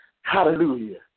Hallelujah